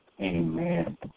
Amen